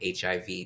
HIV